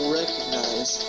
recognize